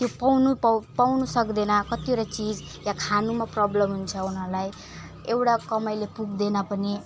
त्यो पाउनु पाउनु सक्दैन कतिवटा चिज वा खानुमा प्रब्लम हुन्छ उनीहरूलाई एउटा कमाइले पुग्दैन पनि